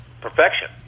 perfection